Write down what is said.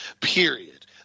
period